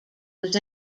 was